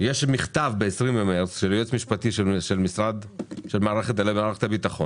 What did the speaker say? יש מכתב מיום 20 במרץ של הייעוץ המשפטי של מערכת הביטחון.